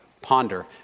ponder